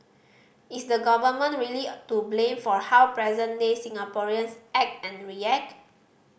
is the Government really to blame for how present day Singaporeans act and react